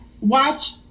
watch